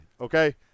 okay